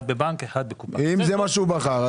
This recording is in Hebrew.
אם זה מה שהוא בחר.